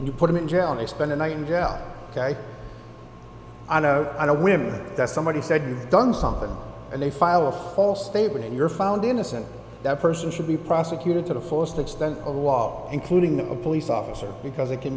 and you put them in jail and they spend a night in jail ok i know i know women that somebody said you've done something and they file a false statement and you're found innocent that person should be prosecuted to the fullest extent of the law including a police officer because it can